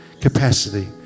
capacity